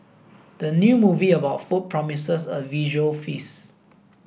the new movie about food promises a visual feast